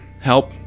help